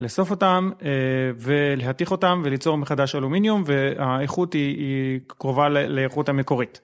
לאסוף אותם, ולהתיך אותם, וליצור מחדש אלומיניום, והאיכות היא קרובה לאיכות המקורית.